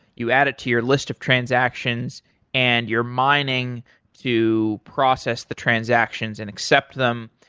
you add it to your list of transactions and you're mining to process the transactions and accept them.